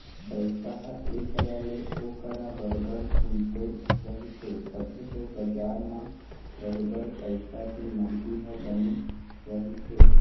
पइसा ह ऐ करा ले ओ करा बरोबर घुमते रहिथे तभे तो बजार म बरोबर पइसा के नगदी ह बने रहिथे